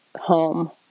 home